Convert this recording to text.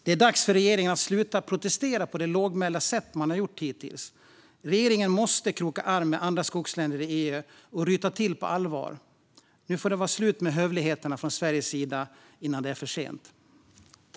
Det är dags för regeringen att sluta protestera på det lågmälda sätt man hittills gjort. Regeringen måste kroka arm med andra skogsländer i EU och ryta till på allvar. Nu får det vara slut med hövligheterna från Sveriges sida - innan det är för sent!